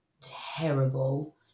terrible